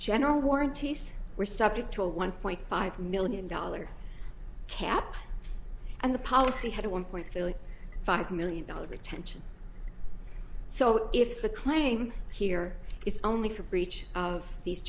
general warranties were subject to a one point five million dollars cap and the policy had a one point five million dollars retention so if the claim here is only for breach of these